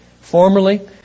Formerly